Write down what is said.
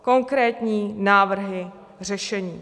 Konkrétní návrhy řešení.